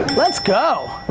let's go!